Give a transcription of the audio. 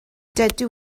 dydw